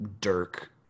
Dirk